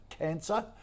cancer